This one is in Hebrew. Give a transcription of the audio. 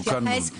מסוכן מאוד.